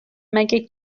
مگه